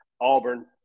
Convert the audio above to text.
Auburn